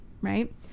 right